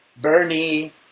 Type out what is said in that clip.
Bernie